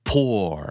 Poor